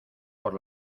por